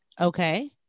okay